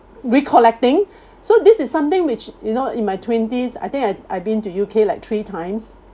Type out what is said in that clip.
recollecting so this is something which you know in my twenties I think I I been to U_K like three times